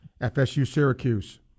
FSU-Syracuse